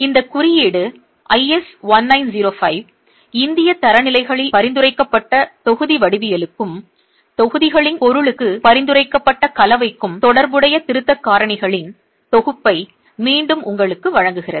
இந்தியக் குறியீடு IS 1905 இந்தியத் தரநிலைகளில் பரிந்துரைக்கப்பட்ட தொகுதி வடிவியலுக்கும் தொகுதிகளின் பொருளுக்கு பரிந்துரைக்கப்பட்ட கலவைக்கும் தொடர்புடைய திருத்தக் காரணிகளின் தொகுப்பை மீண்டும் உங்களுக்கு வழங்குகிறது